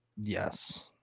Yes